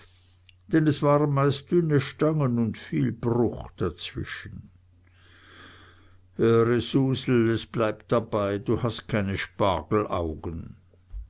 denn es waren meist dünne stangen und viel bruch dazwischen höre susel es bleibt dabei du hast keine